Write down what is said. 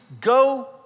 go